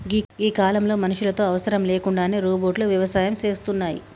గీ కాలంలో మనుషులతో అవసరం లేకుండానే రోబోట్లు వ్యవసాయం సేస్తున్నాయి